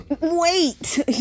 wait